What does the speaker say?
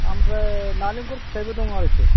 ओमफ्राय नारेंखल फिथाइबो दङ आरोखि